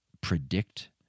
predict